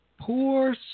poor